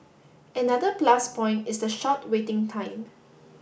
another plus point is the short waiting time